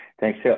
Thanks